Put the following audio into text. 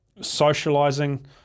socializing